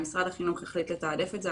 אם משרד החינוך יחליט לתעדף את זה,